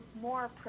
more